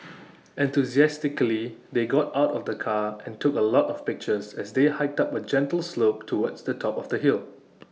enthusiastically they got out of the car and took A lot of pictures as they hiked up A gentle slope towards the top of the hill